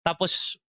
Tapos